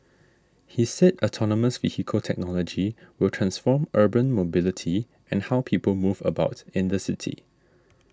he said autonomous vehicle technology will transform urban mobility and how people move about in the city